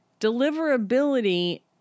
Deliverability